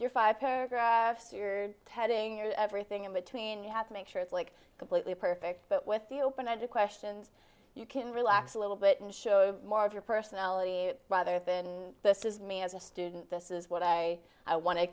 your five paragraphs you're telling everything in between you have to make sure it's like completely perfect but with the open ended questions you can relax a little bit and show more of your personality a rather thin this is me as a student this is what i i want to